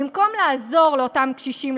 במקום לעזור לאותם קשישים,